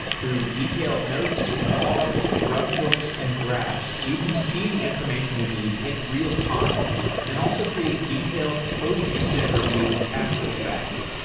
through detailed notes, logs, run books and graphs, you can see the information you need in real time and also create detailed post incident reviews after the fact.